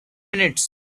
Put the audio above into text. minutes